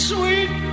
Sweet